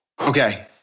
Okay